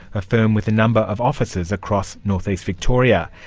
a firm with a number of offices across north-east victoria.